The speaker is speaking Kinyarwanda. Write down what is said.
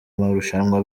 marushanwa